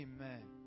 Amen